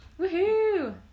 Woohoo